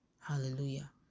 Hallelujah